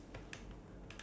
how about you